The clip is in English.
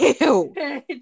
Ew